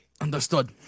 Understood